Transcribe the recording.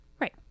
Right